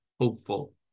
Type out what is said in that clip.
hopeful